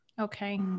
Okay